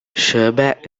sherbet